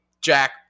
Jack